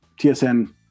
TSN